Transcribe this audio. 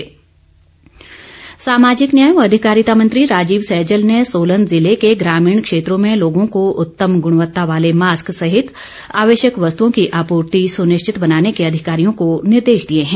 सैजल सामाजिक न्याय व अधिकारिता मंत्री सैजल ने सोलन जिले के ग्रामीण क्षेत्रों में लोगों को उत्तम गुणवत्ता वाले मास्क सहित आवश्यक वस्तुओं की आपूर्ति सुनिश्चित बनाने के अधिकारियों को निर्देश दिए हैं